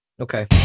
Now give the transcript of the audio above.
Okay